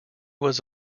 was